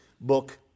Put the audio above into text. book